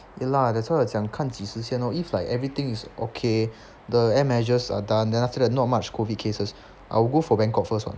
ya lah that's why 我讲看几时先 lor if like everything is okay the air measures are done then after that not much COVID cases I will go for bangkok first [what]